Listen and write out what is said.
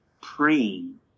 praying